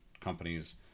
companies